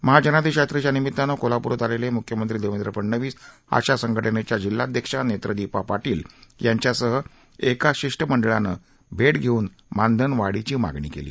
महाजनादेश यात्रेच्या निमितानं कोल्हाप्रात आलेले म्ख्यमंत्री देवेंद्र फडणवीस आशा संघटनेच्या जिल्हाध्यक्षा नेत्रदिपा पाटील यांच्यासह एका शिष्ट मंडळानं भेट घेऊन मानधनवाढीची मागणी केली